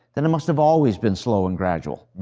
then it must have always been slow and gradual.